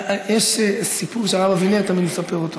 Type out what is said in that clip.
יש סיפור שהרב אבינר תמיד מספר.